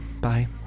Bye